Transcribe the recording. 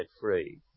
free